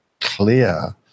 clear